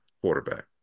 quarterback